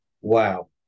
wow